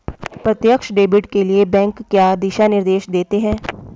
प्रत्यक्ष डेबिट के लिए बैंक क्या दिशा निर्देश देते हैं?